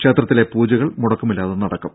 ക്ഷേത്രത്തിലെ പൂജകൾ മുടക്കമില്ലാതെ നടക്കും